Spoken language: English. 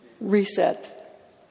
Reset